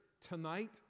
tonight